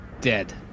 Dead